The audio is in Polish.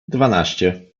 dwanaście